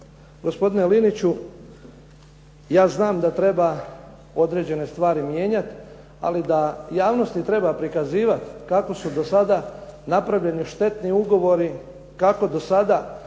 Gospodine Liniću ja znam da treba određene stvari mijenjati, ali da javnosti treba prikazivati kako su do sada napravljeni štetni ugovori, kako do sada